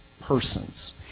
persons